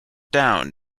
down